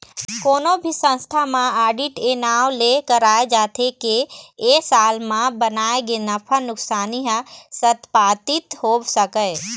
कोनो भी संस्था म आडिट ए नांव ले कराए जाथे के ए साल म बनाए गे नफा नुकसानी ह सत्पापित हो सकय